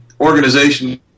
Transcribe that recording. organization